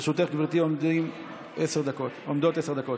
לרשותך, גברתי, עומדות עשר דקות,